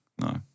No